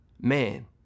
Man